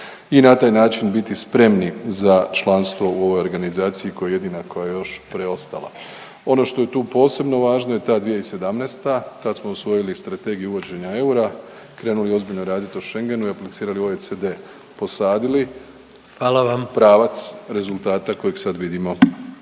i na taj način biti spremni za članstvo u ovoj organizaciji koja je jedina koja je još preostala. Ono što je tu posebno važno je ta 2017. Tad smo usvojili Strategiju uvođenja eura, krenuli ozbiljno raditi o Schengenu i aplicirali u OECD, posadili pravac rezultata kojeg sad vidimo.